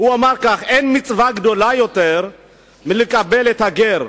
אין מצווה גדולה יותר מלקבל את הגר.